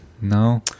no